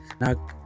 Now